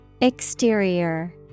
Exterior